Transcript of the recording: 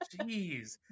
Jeez